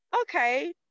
Okay